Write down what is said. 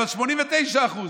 אבל ב-89%,